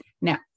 Now